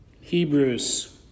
Hebrews